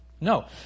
No